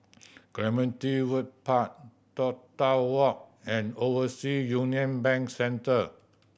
Clementi Wood Park Toh Tuck Walk and Oversea Union Bank Centre